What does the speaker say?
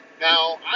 Now